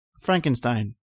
Frankenstein